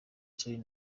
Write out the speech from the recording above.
charly